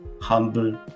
humble